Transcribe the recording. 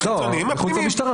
הפנימיים.